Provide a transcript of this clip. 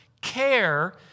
care